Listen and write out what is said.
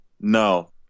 No